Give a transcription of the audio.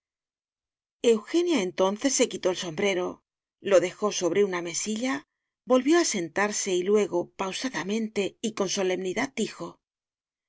eugenia entonces se quitó el sombrero lo dejó sobre una mesilla volvió a sentarse y luego pausadamente y con solemnidad dijo